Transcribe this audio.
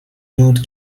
دود